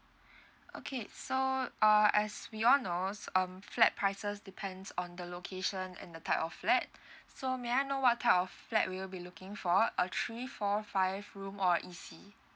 okay so uh as we all know um flat prices depends on the location and the type of flat so may I know what type of flat will you be looking for a three four five room or a E_C